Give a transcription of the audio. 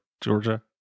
Georgia